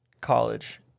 college